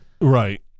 Right